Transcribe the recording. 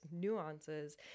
nuances